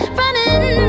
running